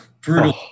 brutal